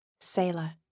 sailor